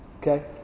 okay